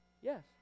yes